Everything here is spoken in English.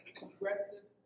progressive